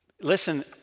Listen